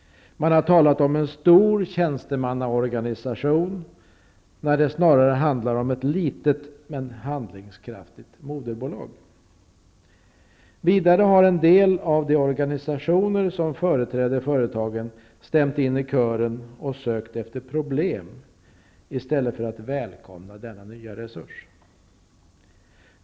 Man har talat om en stor tjänstemannaorganisation, när det snarare handlar om ett litet men handlingskraftigt moderbolag. Vidare har en del av de organisationer som företräder företagen stämt in i kören och sökt efter problem i stället för att välkomna denna nya resurs.